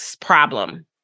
problem